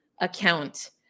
account